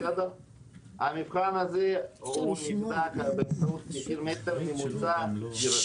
המבחן הזה הוא נמדד לפי מטר ממוצע דירתי.